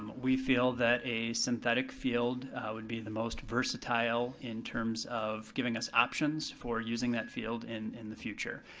we feel that a synthetic field would be the most versatile in terms of giving us options for using that field in in the future.